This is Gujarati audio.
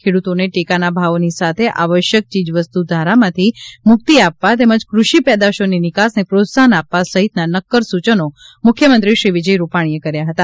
ખેડૂતોને ટેકાના ભાવોની સાથે આવશ્યક ચીજવસ્તુ ધારામાંથી મુક્તિ આપવા તેમજ ક્રષિ પેદાશોની નિકાસને પ્રોત્સાહન આપવા સહિતના નક્કર સૂચનો મુખ્યમંત્રી શ્રી વિજય રૂપાણીએ કર્યા હતા